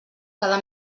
cada